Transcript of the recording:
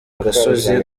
agasozi